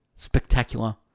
spectacular